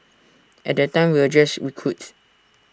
at that time we were just recruits